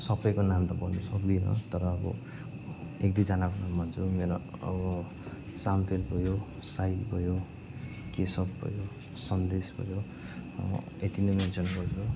सबैको नाम त भन्नु सक्दिनँ तर अब एक दुईजनाको नाम भन्छु मेरो अब साम्तेन भयो साहिल भयो केशव भयो सन्देश भयो यति नै मेन्सन गर्छु